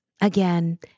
again